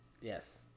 Yes